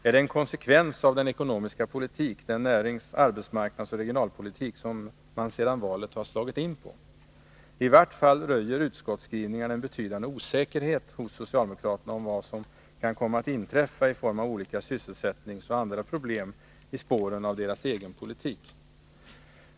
Är det en konsekvens av den ekonomiska politik, den närings-, arbetsmarknadsoch regionalpolitik som man sedan valet har slagit in på? I vart fall röjer utskottsskrivningarna en betydande osäkerhet hos socialdemokraterna om vad som kan komma att inträffa i form av olika sysselsättningsproblem och andra problem i spåren av deras egen politik.